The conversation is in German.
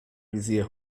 visier